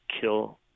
kill